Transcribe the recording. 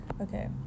Okay